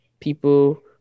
people